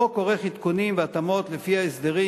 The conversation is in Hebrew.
החוק עורך עדכונים והתאמות לפי ההסדרים